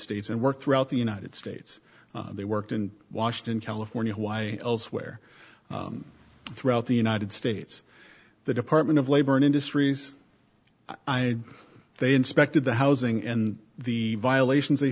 states and work throughout the united states they worked in washington california why elsewhere throughout the united states the department of labor and industries i had they inspected the housing and the violations they